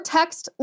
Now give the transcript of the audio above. text